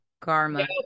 Karma